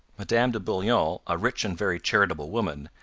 madame de bullion, a rich and very charitable woman,